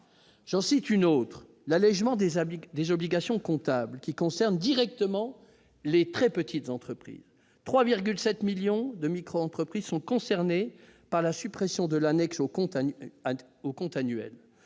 Deuxième exemple, l'allégement des obligations comptables, qui s'adresse directement aux très petites entreprises. Plus de 3,7 millions de microentreprises sont concernées par la suppression de l'annexe aux comptes annuels.